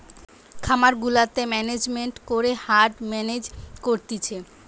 খামার গুলাতে ম্যানেজমেন্ট করে হার্ড মেনেজ করতিছে